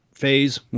Phase